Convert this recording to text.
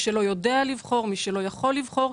לא יודע לבחור או לא יכול לבחור.